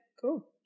cool